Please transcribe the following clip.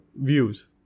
views